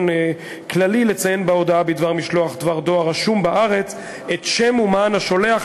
כללי לציין בהודעה בדבר משלוח דבר דואר רשום בארץ את שם ומען השולח,